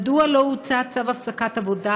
1. מדוע לא הוצא צו הפסקת עבודה?